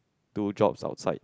do jobs outside